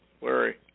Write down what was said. Larry